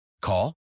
Call